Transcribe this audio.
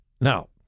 Now